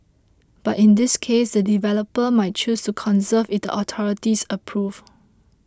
but in this case the developer might choose to conserve if the authorities approve